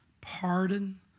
pardon